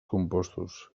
compostos